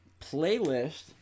playlist